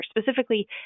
specifically